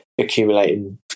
accumulating